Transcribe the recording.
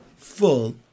full